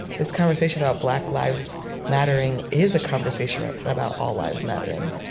this conversation about black lives mattering is a conversation about all lives mattering,